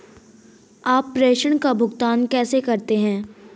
आप प्रेषण का भुगतान कैसे करते हैं?